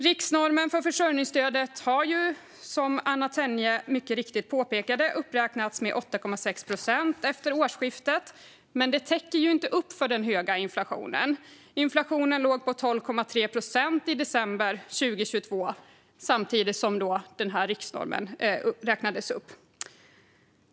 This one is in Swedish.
Riksnormen för försörjningsstödet har, som Anna Tenje mycket riktigt påpekade, uppräknats med 8,6 procent efter årsskiftet, men det täcker inte för den höga inflationen, som i december 2022 enligt Statistiska centralbyrån låg på 12,3 procent, samtidigt som riksnormen räknades upp.